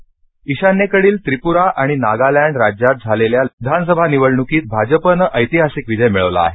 निवडणक ईशान्येकडील त्रिपुरा आणि नागालंड राज्यात झालेल्या लोकसभा निवडण्कीत भा ज प नं ऐतिहासिक विजय मिळवला आहे